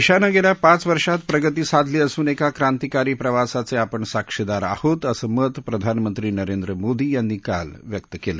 देशानं गेल्या पाच वर्षात प्रगती साधली असून एका क्रांतीकारी प्रवासाचे आपण साक्षीदार आहोत असं मत प्रधानमंत्री नरेंद्र मोदी यांनी काल व्यक्त केले